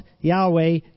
Yahweh